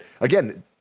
again